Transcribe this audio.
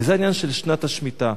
וזה העניין של שנת השמיטה.